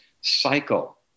cycle